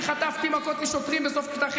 אני חטפתי מכות משוטרים בסוף כיתה ח'